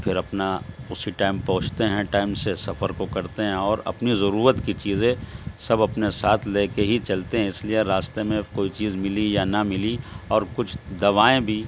پھر اپنا اسی ٹائم پہنچتے ہیں ٹائم سے سفر کو کرتے ہیں اور اپنی ضرورت کی چیزیں سب اپنے ساتھ لے کے ہی چلتے ہیں اس لیے راستے میں کوئی چیز ملی یا نہ ملی اور کچھ دوائیں بھی